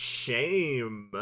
shame